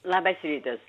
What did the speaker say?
labas rytas